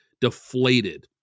deflated